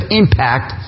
impact